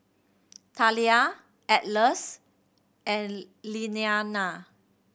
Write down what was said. Thalia Atlas and Lilliana